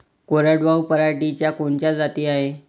कोरडवाहू पराटीच्या कोनच्या जाती हाये?